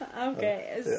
Okay